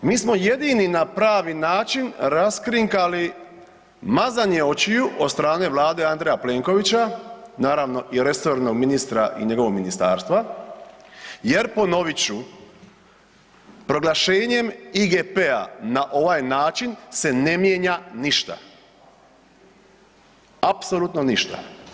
Mi smo jedini na pravi način raskrinkali mazanje očiju od strane Vlade Andreja Plenkovića, naravno i resornog ministra i njegovog ministarstva jer ponovit ću, proglašenjem IGP-a na ovaj način se ne mijenja ništa, apsolutno ništa.